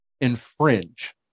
infringe